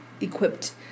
equipped